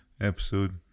episode